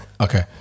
Okay